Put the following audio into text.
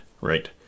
right